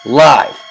live